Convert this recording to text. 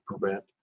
prevent